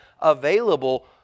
available